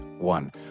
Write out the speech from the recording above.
one